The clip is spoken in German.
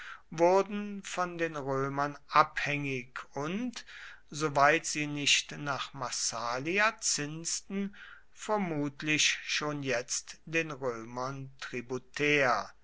wurden von den römern abhängig und soweit sie nicht nach massalia zinsten vermutlich schon jetzt den römern